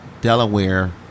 Delaware